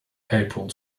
april